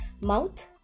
mouth